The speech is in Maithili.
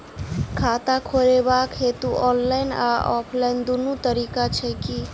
खाता खोलेबाक हेतु ऑनलाइन आ ऑफलाइन दुनू तरीका छै की?